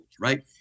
right